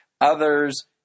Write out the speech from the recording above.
Others